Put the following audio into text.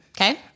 Okay